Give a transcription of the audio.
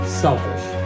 selfish